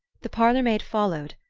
the parlour-maid followed,